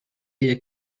ella